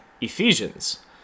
Ephesians